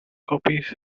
copies